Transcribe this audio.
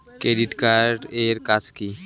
Credit card এর কাজ কি?